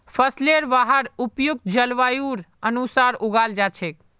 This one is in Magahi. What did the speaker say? फसलेर वहार उपयुक्त जलवायुर अनुसार उगाल जा छेक